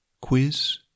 quiz